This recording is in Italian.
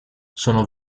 sono